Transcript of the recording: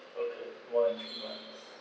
okay more than three months